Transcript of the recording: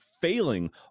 failing